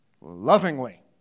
lovingly